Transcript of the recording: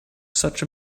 such